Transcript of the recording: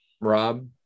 Rob